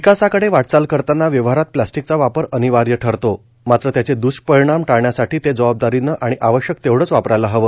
विकासाकडे वाटचाल करतांना व्यवहारात प्लास्टीकचा वापर अनिवार्य ठरतो मात्र त्याचे दृष्परिणाम टाळण्यासाठी ते जबाबदारीनं आणि आवश्यक तेवढेच वापरायला हवे